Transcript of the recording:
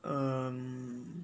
um